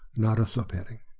not a subheading.